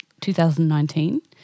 2019